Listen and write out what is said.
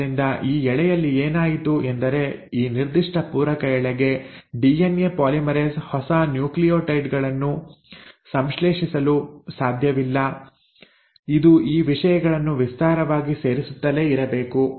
ಆದ್ದರಿಂದ ಈ ಎಳೆಯಲ್ಲಿ ಏನಾಯಿತು ಎಂದರೆ ಈ ನಿರ್ದಿಷ್ಟ ಪೂರಕ ಎಳೆಗೆ ಡಿಎನ್ಎ ಪಾಲಿಮರೇಸ್ ಹೊಸ ನ್ಯೂಕ್ಲಿಯೋಟೈಡ್ ಗಳನ್ನು ಸಂಶ್ಲೇಷಿಸಲು ಸಾಧ್ಯವಿಲ್ಲ ಇದು ಈ ವಿಷಯಗಳನ್ನು ವಿಸ್ತಾರವಾಗಿ ಸೇರಿಸುತ್ತಲೇ ಇರಬೇಕು